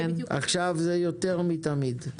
עכשיו יותר מתמיד.